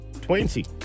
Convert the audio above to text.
Twenty